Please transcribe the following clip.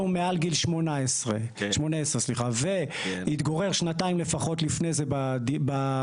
מעל גיל 18 והתגורר שנתיים לפחות לפני זה בדירה,